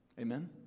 Amen